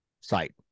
site